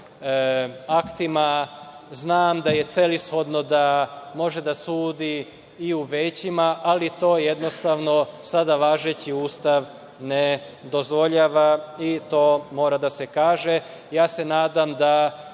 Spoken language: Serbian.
aktima. Znam da je celishodno da može da sudi i u većima, ali to jednostavno sada važeći Ustav ne dozvoljava, i to mora da se kaže. Nadam se da rad